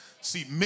See